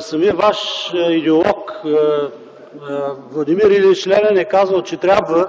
самият Ваш идеолог Владимир Илич Ленин е казал, че трябва